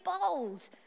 bold